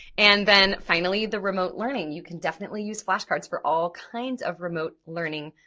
and then finally the remote learning, you can definitely use flashcards for all kinds of remote learning